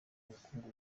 ubukungu